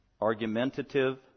argumentative